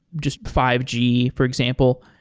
just five g, for example.